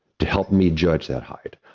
to help me judge that height.